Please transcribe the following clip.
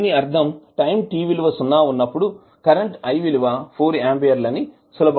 దీని అర్థం time t విలువ సున్నా ఉన్నప్పుడు కరెంటు i విలువ 4 అంపియర్ లు అని సులభంగా చెప్పవచ్చు